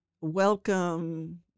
Welcome